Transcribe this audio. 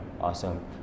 Awesome